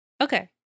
Okay